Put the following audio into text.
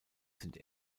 sind